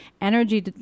energy